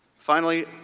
finally,